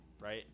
right